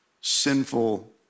sinful